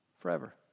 Forever